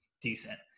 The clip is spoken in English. decent